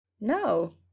No